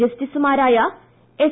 ജസ്റ്റിസുമാരായ എസ്